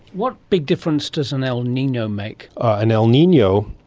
what big difference does an el nino make? an el nino,